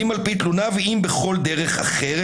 אם על פי תלונה ואם בכל דרך אחרת,